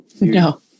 No